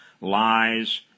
lies